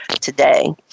today